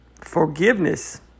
forgiveness